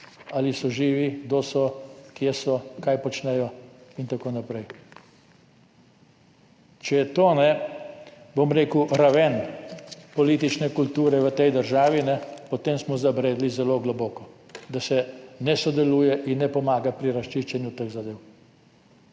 ali so živi, kdo so, kaj počnejo in tako naprej. Če je to raven politične kulture v tej državi, potem smo zabredli zelo globoko, da se ne sodeluje in ne pomaga pri razčiščenju teh zadev.